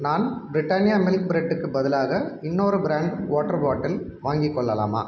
நான் Britannia milk ப்ரெட்டுக்கு பதிலாக இன்னோரு பிராண்ட் வாட்டர் பாட்டில் வாங்கிக் கொள்ளலாமா